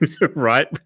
right